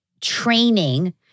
training